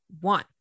one